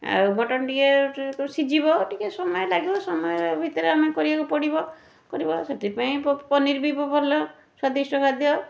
ଆଉ ମଟନ୍ ଟିକିଏ ସିଝିବ ଟିକିଏ ସମୟ ଲାଗିବ ସମୟ ଭିତରେ ଆମେ କରିବାକୁ ପଡ଼ିବ ପଡ଼ିବ ସେଥିପାଇଁ ପନିର୍ ବି ଭଲ ସ୍ୱାଦିଷ୍ଠ ଖାଦ୍ୟ